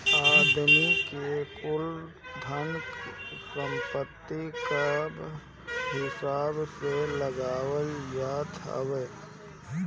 आदमी के कुल धन सम्पत्ति कअ हिसाब से कर लगावल जात हवे